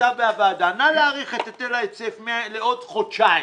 מכתב מהוועדה: נא להאריך את היטל ההיצף לעוד חודשיים.